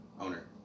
owner